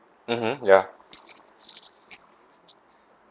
mmhmm ya